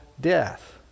death